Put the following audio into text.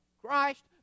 Christ